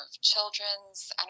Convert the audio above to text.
children's